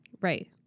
Right